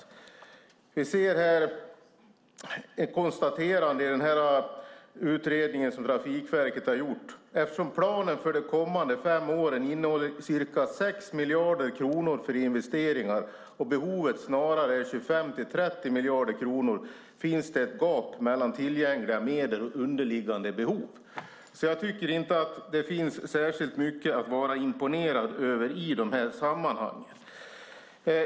Följande är ett konstaterande som Trafikverket har gjort i en utredning: "Eftersom planen för de kommande fem åren innehåller ca 6 miljarder kronor för reinvestering och behovet snarare är 25-30 miljarder kronor finns det ett gap mellan tillgängliga medel och underliggande behov." Jag tycker alltså inte att det finns särskilt mycket att vara imponerad över i de här sammanhangen.